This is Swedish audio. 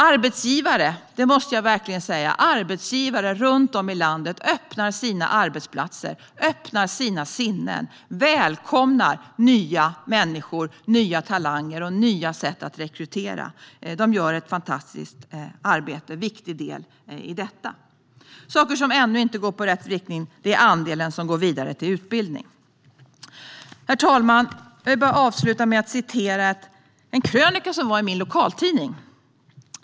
Jag måste verkligen säga att arbetsgivare runt om i landet öppnar sina arbetsplatser, öppnar sina sinnen och välkomnar nya människor, nya talanger och nya sätt att rekrytera. De gör ett fantastiskt arbete och är en viktig del i detta. En sak som däremot ännu inte går i rätt riktning är andelen som går vidare till utbildning. Herr talman! Jag vill avsluta med att citera en krönika från min lokaltidning.